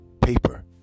paper